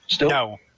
No